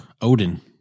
Odin